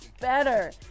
better